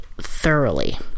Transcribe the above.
thoroughly